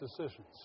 decisions